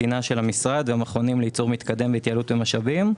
התקינה של המשרד והמכונים לייצור מתקדם והתייעלות ומשאבים,